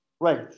right